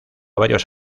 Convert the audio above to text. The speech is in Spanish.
varios